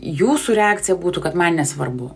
jūsų reakcija būtų kad man nesvarbu